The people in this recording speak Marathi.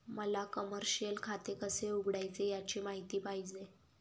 मला कमर्शिअल खाते कसे उघडायचे याची माहिती पाहिजे